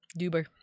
Duber